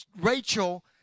Rachel